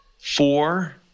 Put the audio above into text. four